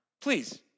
please